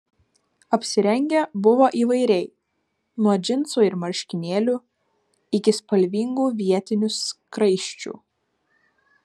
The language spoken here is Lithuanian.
apsirengę buvo įvairiai nuo džinsų ir marškinėlių iki spalvingų vietinių skraisčių